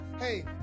Hey